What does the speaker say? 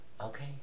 okay